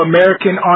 American